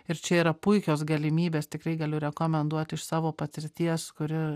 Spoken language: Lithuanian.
ir čia yra puikios galimybės tikrai galiu rekomenduoti iš savo patirties kuri